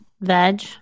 veg